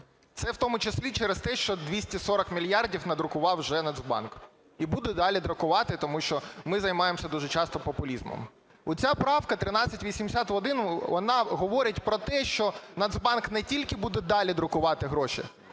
Це в тому числі через те, що 240 мільярдів надрукував вже Нацбанк. І буде далі друкувати, тому що ми займаємося дуже часто популізмом. Оця правка, 1381, вона говорить про те, що Нацбанк не тільки буде далі друкувати гроші,